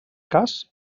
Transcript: cas